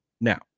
Now